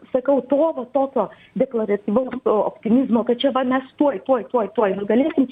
sakau to va tokio deklaratyvaus optimizmo kad čia va mes tuoj tuoj tuoj tuoj nugalėsim